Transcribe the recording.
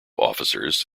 officers